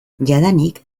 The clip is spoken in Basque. jadanik